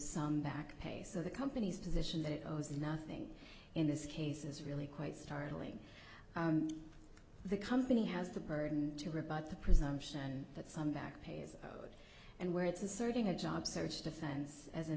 some back pay so the company's position that it owes nothing in this case is really quite startling the company has the burden to rebut the presumption that some back pay is good and where it's asserting a job search defense as in